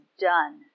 done